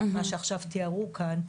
מה שעכשיו תיראו כאן.